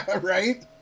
Right